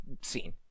seen